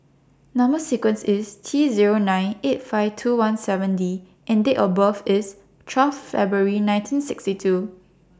Number sequence IS T Zero nine eight five two one seven D and Date of birth IS twelve February nineteen sixty two